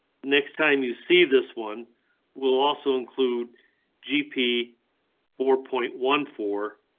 next time you see this one will also include gp four point one four.